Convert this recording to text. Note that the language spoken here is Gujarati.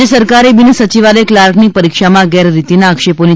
રાજ્ય સરકારે બિનસચિવાલય કલાર્કની પરીક્ષામાં ગેરરીતીના આક્ષેપોની